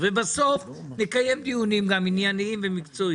המילים 'הוראת שעה'